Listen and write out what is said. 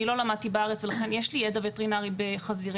אני לא למדתי בארץ ולכן יש לי ידע וטרינרי בחזירים,